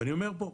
ואני אומר פה,